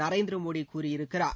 நரேந்திரமோடி கூறியிருக்கிறார்